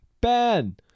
...Ben